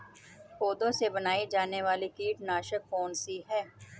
पौधों से बनाई जाने वाली कीटनाशक कौन सी है?